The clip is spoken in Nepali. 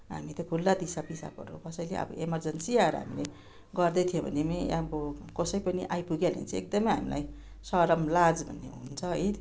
हामी त खुल्ला दिसापिसाबहरू कसैले अब इमर्जेन्सी आएर हामीलाई गर्दै थियो भने पनि अब कसै पनि आइपुगिहाल्यो भने चाहिँ एकदमै हामीलाई सरम लाज भन्ने हुन्छ है